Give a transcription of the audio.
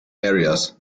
areas